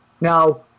Now